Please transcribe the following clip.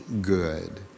good